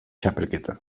txapelketa